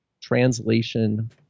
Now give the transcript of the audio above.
translation